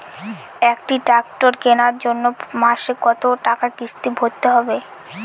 একটি ট্র্যাক্টর কেনার জন্য মাসে কত টাকা কিস্তি ভরতে হবে?